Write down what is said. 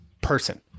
person